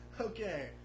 Okay